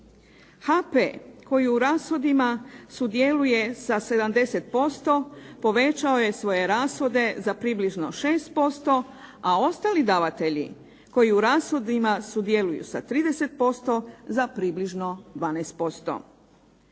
HP koji u rashodima sudjeluje sa 70% povećao je svoje rashode za približno 6%, a ostali davatelji koji u rashodima sudjeluju sa 30% za približno 12%.